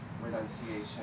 renunciation